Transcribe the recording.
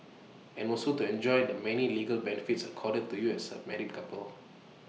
and also to enjoy the many legal benefits accorded to you as A married couple